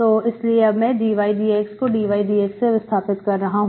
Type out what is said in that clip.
तो इसलिए अब मैं dydx हो dYdX से विस्थापित कर रहा हूं